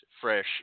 fresh